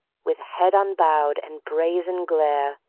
with head unbowed and brazen glare,